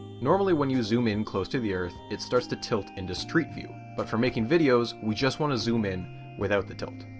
normally when you zoom in close to the earth it starts to tilt into streetview, but for making videos we just want to zoom in without the tilt.